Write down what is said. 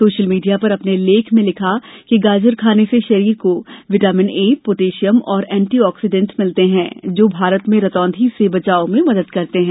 social media पर अपने लेख में लिखा कि गाजर खाने से शरीर को विटामिन ए पोटेशियम और एंटीऑक्सीडेंट मिलते हैं जो भारत में रतौंधी से बचाव में मदद करते हैं